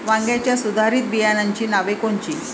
वांग्याच्या सुधारित बियाणांची नावे कोनची?